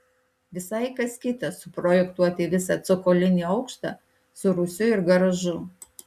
visai kas kita suprojektuoti visą cokolinį aukštą su rūsiu ir garažu